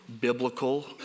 biblical